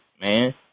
man